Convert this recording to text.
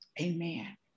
Amen